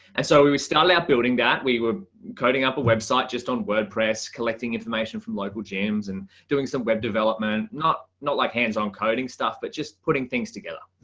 and so we we started out building that we were coding up a website just on wordpress, collecting information from local gyms and doing some web development, not not like hands on coding stuff, but just putting things together.